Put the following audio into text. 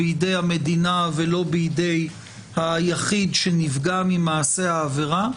בידי המדינה ולא בידי היחיד שנפגע ממעשה העבירה.